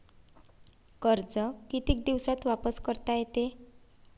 कर्ज कितीक दिवसात वापस करता येते?